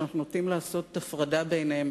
שאנחנו נוטים לעשות הפרדה ביניהם,